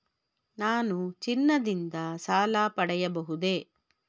ನಾನು ಚಿನ್ನದಿಂದ ಸಾಲ ಪಡೆಯಬಹುದೇ?